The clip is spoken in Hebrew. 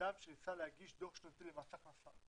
אדם שניסה להגיש דוח שנתי למס הכנסה,